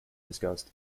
discussed